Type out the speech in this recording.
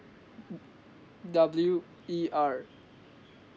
mm W E R